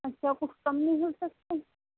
اچھا کچھ کم نہیں ہو سکتے